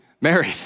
married